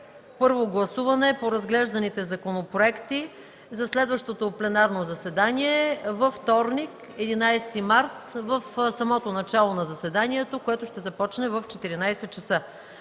първо гласуване по разглежданите законопроекти за следващото пленарно заседание във вторник, 11 март 2014 г., в самото начало на заседанието, което ще започне в 14,00 ч.